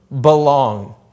belong